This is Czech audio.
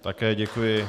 Také děkuji.